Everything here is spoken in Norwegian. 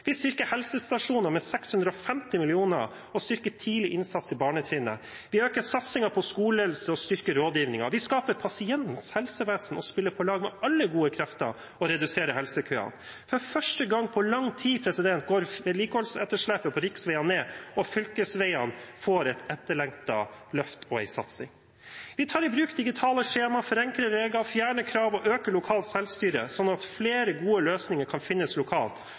Vi styrker helsestasjonene med 650 mill. kr og styrker tidlig innsats i barnetrinnet. Vi øker satsingen på skoleledelse og styrker rådgivningen. Vi skaper pasientenes helsevesen, spiller på lag med alle gode krefter og reduserer helsekøene. For første gang på lang tid går vedlikeholdsetterslepet på riksveiene ned, og fylkesveiene får et etterlengtet løft og en satsing. Vi tar i bruk digitale skjema, forenkler regler, fjerner krav og øker lokalt selvstyre, slik at flere gode løsninger kan finnes lokalt.